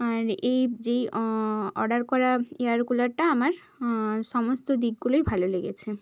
আর এই যেই অর্ডার করা এয়ার কুলারটা আমার সমস্ত দিকগুলোই ভালো লেগেছে